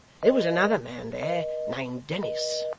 there was another man there, named dennis